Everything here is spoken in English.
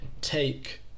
take